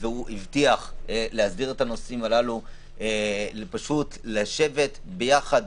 והוא הבטיח להסדיר את הנושאים הללו לשבת ביחד,